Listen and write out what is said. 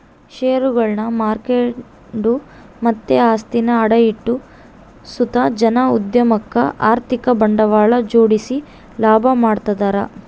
ಷೇರುಗುಳ್ನ ಮಾರ್ಕೆಂಡು ಮತ್ತೆ ಆಸ್ತಿನ ಅಡ ಇಟ್ಟು ಸುತ ಜನ ಉದ್ಯಮುಕ್ಕ ಆರ್ಥಿಕ ಬಂಡವಾಳನ ಜೋಡಿಸಿ ಲಾಭ ಮಾಡ್ತದರ